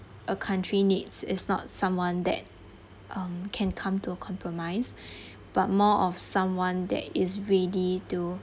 a country needs is not someone that um can come to a compromise but more of someone that is ready to